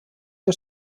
der